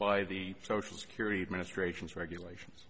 by the social security administration's regulations